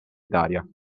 italia